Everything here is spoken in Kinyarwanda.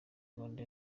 rwanda